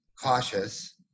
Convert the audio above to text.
cautious